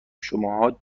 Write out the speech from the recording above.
شماها